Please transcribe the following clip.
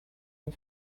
and